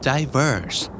Diverse